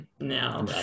no